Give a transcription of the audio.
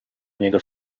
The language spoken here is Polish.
niego